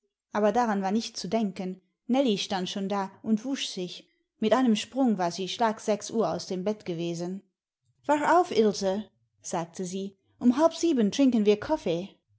aber daran war nicht zu denken nellie stand schon da und wusch sich mit einem sprunge war sie schlag sechs uhr aus dem bette gewesen wach auf ilse sagte sie um halb sieben trinken wir kaffee